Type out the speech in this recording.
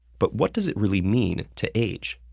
but what does it really mean to age?